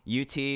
ut